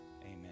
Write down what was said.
amen